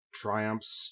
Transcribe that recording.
triumphs